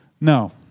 No